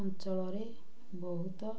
ଅଞ୍ଚଳରେ ବହୁତ